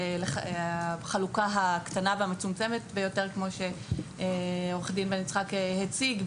החלוקה הקטנה והמצומצמת ביותר כמו שעורך דין בן יצחק הציג,